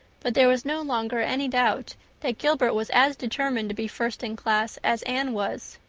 but there was no longer any doubt that gilbert was as determined to be first in class as anne was.